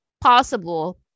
possible